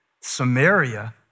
Samaria